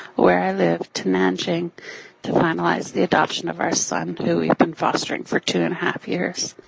where i live, to nanjing to finalize the adoption of our son, who we've been fostering for two and a half years.